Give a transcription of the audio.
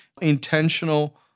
intentional